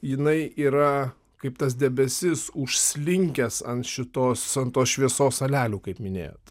jinai yra kaip tas debesis užslinkęs ant šitos ant tos šviesos salelių kaip minėjot